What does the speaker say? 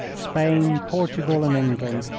spain, portugal, and england,